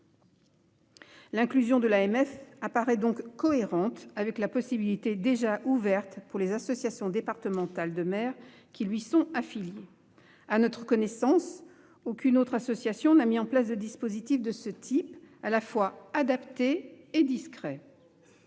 L'inclusion de l'AMF paraît donc cohérente avec la possibilité, déjà ouverte pour les associations départementales de maires qui lui sont affiliées, de se porter partie civile. À notre connaissance, aucune autre association n'a mis en place de dispositif de ce type, à la fois adapté et discret.